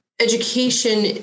education